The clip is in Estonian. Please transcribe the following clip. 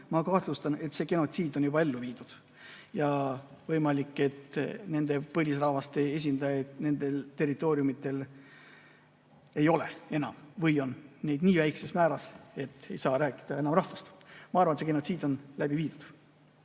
andmeid, et see genotsiid on juba ellu viidud ja võimalik, et nende põlisrahvaste esindajaid nendel territooriumidel ei ole enam või on neid nii vähe, et ei saa rääkida enam rahvast. Ma arvan, et see genotsiid on läbi viidud.